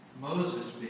Moses